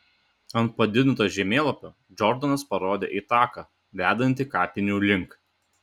ant padidinto žemėlapio džordanas parodė į taką vedantį kapinių link